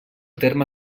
terme